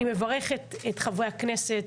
אני מברכת את חברי הכנסת